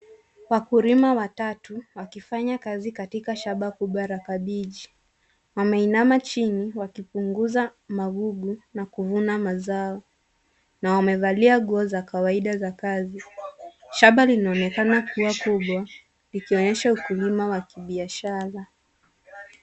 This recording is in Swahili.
Wakulima watatu wakifanya kazi katika shamba kubwa la kabichi. Wanainama chini wakipunguza magugu na kuvuna mazao na wamevalia nguo za kawaida za kazi. Shamba linaonekana kuwa kubwa likionyesha ukulima wa kibiashara.